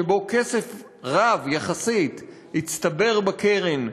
שבו כסף רב יחסית הצטבר בקרן,